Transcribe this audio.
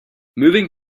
moving